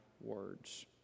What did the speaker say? words